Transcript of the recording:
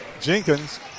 Jenkins